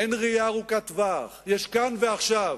אין ראייה ארוכת-טווח, יש כאן ועכשיו.